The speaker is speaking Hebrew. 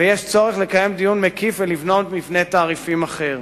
ויש צורך לקיים דיון מקיף ולבנות מבנה תעריפים אחר.